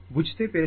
বুঝতে পেরেছেন